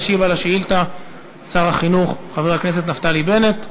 ישיב על השאילתה שר החינוך חבר הכנסת נפתלי בנט.